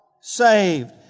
Saved